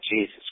Jesus